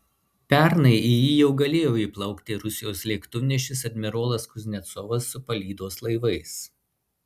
pernai į jį jau galėjo įplaukti rusijos lėktuvnešis admirolas kuznecovas su palydos laivais